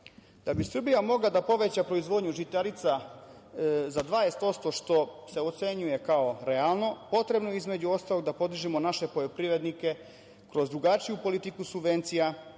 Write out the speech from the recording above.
bi Srbija mogla da poveća proizvodnju žitarica za 20%, što se ocenjuje kao realno, potrebno je između ostalog da podržimo naše poljoprivrednike kroz drugačiju politiku subvencija,